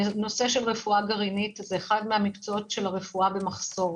נושא של רפואה גרעינית זה אחד מהמקצועות של הרפואה שנמצאים במחסור.